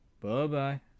Bye-bye